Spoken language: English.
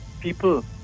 people